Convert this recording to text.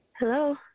Hello